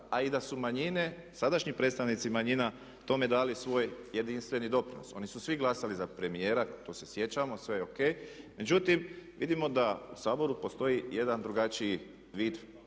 a i da su manjine sadašnji predstavnici manjina tome dali svoj jedinstveni doprinos. Oni su svi glasali za premijera to se sjećamo sve ok, međutim vidimo da u Saboru postoji jedan drugačiji vid